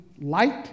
light